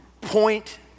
point